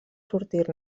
sortir